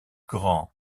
grand